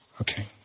Okay